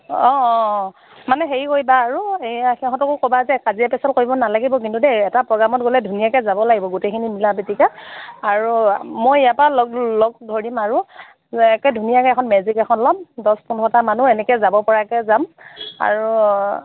অ অ অ মানে হেৰি কৰিবা আৰু এয়া সিহঁতকো ক'বা যে কাজিয়া পেছাল কৰিব নেলাগিব কিন্তু দেই এটা প্ৰগেমত গ'লে ধুনীয়াকৈ যাব লাগিব গোটেইখিনি মিলা প্ৰীতিকৈ আৰু মই ইয়াৰ পৰা লগ লগ ধৰিম আৰু একে ধুনীয়াকৈ এখন মেজিক এখন ল'ম দহ পোন্ধৰটা মানুহ এনেকৈ যাব পৰাকৈ যাম আৰু